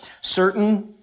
certain